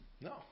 no